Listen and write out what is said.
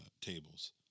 tables